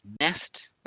nest